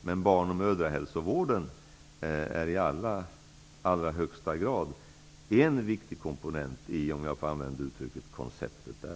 Men barn och mödrahälsovården är i allra högsta grad en viktig komponent i, om jag får använda detta uttryck, konceptet där.